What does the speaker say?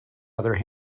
other